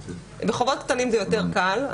בחובות קטנים זה יותר קל,